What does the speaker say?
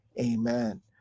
Amen